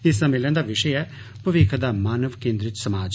इस सम्मेलन दा विशय ऐ भविक्ख दा मानव केन्द्रित समाज